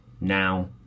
now